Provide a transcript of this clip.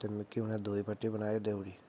ते मिगी उ'नें दूई पट्टी बनाई देऊडी